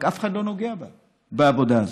רק אף אחד לא נוגע בעבודה הזאת.